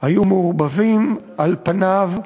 היו מעורבבים על פניו,